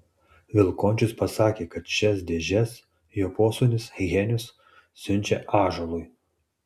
vilkončius pasakė kad šias dėžes jo posūnis henius siunčia ąžuolui